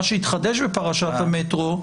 אבל מה שהתחדש בפרשת המטרו,